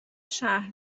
شهر